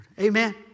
Amen